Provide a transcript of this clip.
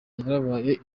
yarabaye